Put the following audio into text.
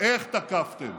איך תקפתם